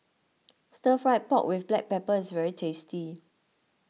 Stir Fried Pork with Black Pepper is very tasty